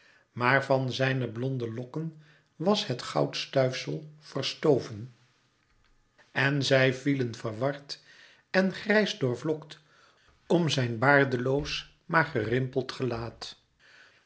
maar van zijne blonde lokken was het goudstuifsel verstoven en zij vielen verward en grijs doorvlokt om zijn baardeloos maar gerimpeld gelaat